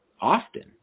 often